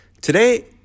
Today